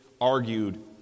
argued